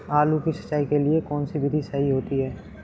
आलू की सिंचाई के लिए कौन सी विधि सही होती है?